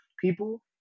people